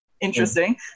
Interesting